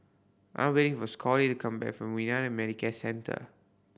I'm waiting for Scottie to come back from Medicare Centre